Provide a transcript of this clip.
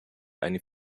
eine